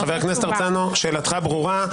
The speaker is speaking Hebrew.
חבר הכנסת הרצנו, שאלתך ברורה.